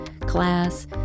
class